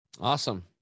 Awesome